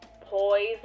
Poison